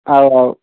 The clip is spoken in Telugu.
రావు రావు